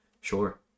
sure